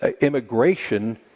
immigration